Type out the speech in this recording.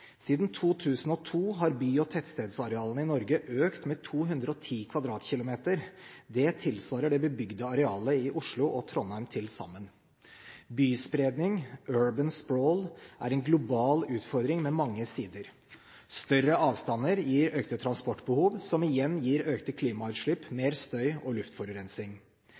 Siden 2002 har by- og tettstedsarealene i Norge økt med 210 km2. Det tilsvarer det bebygde arealet i Oslo og Trondheim til sammen. Byspredning, «urban sprawl», er en global utfordring med mange sider: Større avstander gir økte transportbehov, som igjen gir økte klimautslipp, mer støy og luftforurensning.